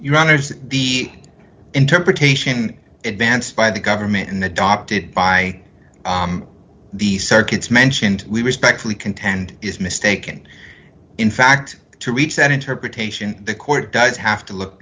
your honesty the interpretation advanced by the government and adopted by on the circuits mentioned we respectfully contend is mistaken in fact to reach that interpretation the court does have to look